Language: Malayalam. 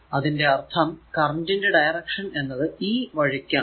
അതിന്റെ അർഥം കറന്റ് ന്റെ ഡയറക്ഷൻ എന്നത് ഈ വഴിക്കാണ്